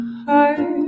heart